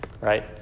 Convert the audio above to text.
right